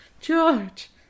George